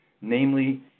Namely